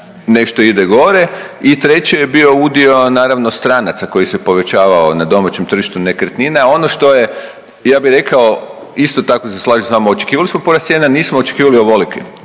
nešto ide gore i treće je bio udio naravno stranaca koji se povećavao na domaćem tržištu nekretnina. Ono što je ja bi rekao isto tako se slažem s vama, očekivali smo porast cijena nismo očekivali ovoliki.